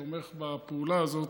תומך בפעולה הזאת.